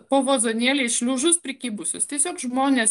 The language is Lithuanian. po vazonėliais šliužus prikibusius tiesiog žmonės